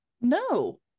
no